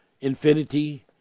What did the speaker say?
infinity